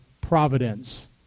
providence